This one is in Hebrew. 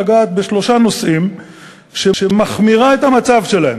לגעת בשלושה נושאים שמחמירים את המצב שלהם,